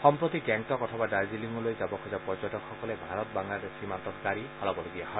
সম্প্ৰতি গেংটক অথবা দৰ্জিলিঙলৈ যাব খোজা পৰ্যটকসকলে ভাৰত বাংলাদেশ সীমান্তত গাড়ী সলাবলগীয়া হয়